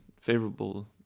favorable